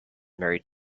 married